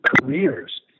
careers